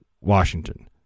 washington